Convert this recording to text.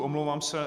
Omlouvám se.